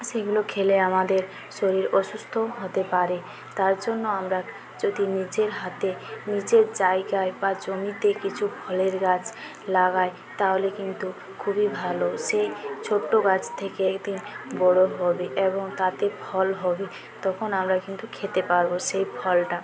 সেগুলো খেলে আমাদের শরীর অসুস্থও হতে পারে তার জন্য আমরা যদি নিজের হাতে নিজের জায়গায় বা জমিতে কিছু ফলের গাছ লাগাই তাহলে কিন্তু খুবই ভালো সেই ছোট্টো গাছ থেকে এক দিন বড়ো হবে এবং তাতে ফল হবে তখন আমরা কিন্তু খেতে পারবো সেই ফলটা